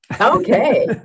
okay